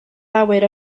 awyr